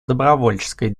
добровольческой